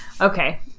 Okay